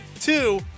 two